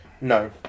No